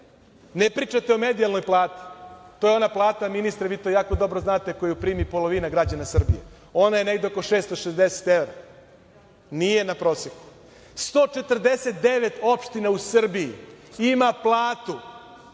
pričate o medijalnoj plati. To je ona plata, ministre, vi to jako dobro znate, koju primi polovina građana Srbije. Ona je negde oko 660 evra. Nije na proseku. Naime, 149 opština u Srbiji ima platu